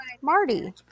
Marty